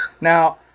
Now